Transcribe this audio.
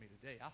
today